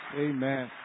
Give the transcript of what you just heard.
Amen